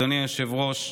אדוני היושב-ראש.